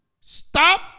stop